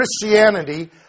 Christianity